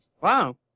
Wow